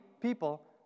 people